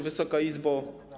Wysoka Izbo!